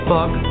Fuck